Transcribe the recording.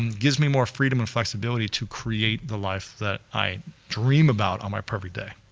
um gives me more freedom and flexibility to create the life that i dream about on my perfect day.